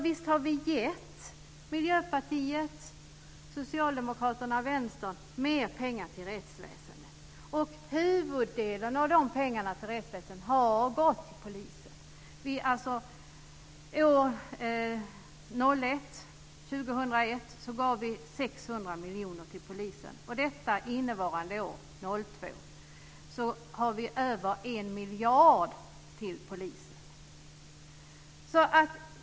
Visst har Miljöpartiet, Socialdemokraterna och Vänstern gett mer pengar till rättsväsendet. Och huvuddelen av pengarna till rättsväsendet har gått till polisen. År 2001 gick polisen 600 miljoner kronor. Innevarande år, 2002, får de över 1 miljard kronor.